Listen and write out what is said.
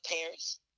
parents